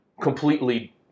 completely